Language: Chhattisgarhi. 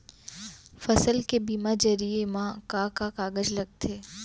फसल के बीमा जरिए मा का का कागज लगथे?